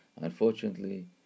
Unfortunately